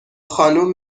خانوم